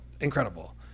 Incredible